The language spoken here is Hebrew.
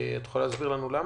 את יכולה להסביר לנו למה?